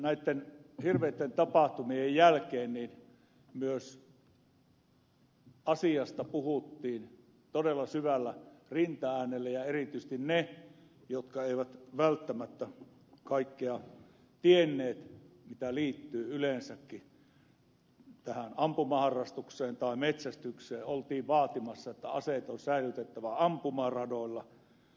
näitten hirveitten tapahtumien jälkeen myös asiasta puhuttiin todella syvällä rintaäänellä ja erityisesti ne jotka eivät välttämättä kaikkea tienneet mitä liittyy yleensäkin ampumaharrastukseen tai metsästykseen olivat vaatimassa että aseet on säilytettävä ampumaradoilla